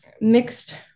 mixed